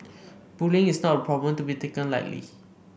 bullying is not a problem to be taken lightly